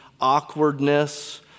awkwardness